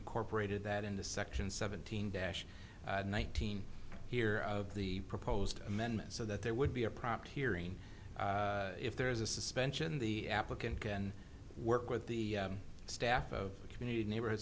incorporated that into section seventeen dash nineteen here of the proposed amendment so that there would be a prompt hearing if there is a suspension the applicant can work with the staff of community neighborhood